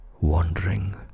wandering